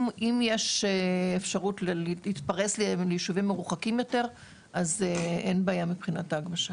אם יש אפשרות להתפרס ליישובים מרוחקים יותר אז אין בעיה מבחינת ההגמשה.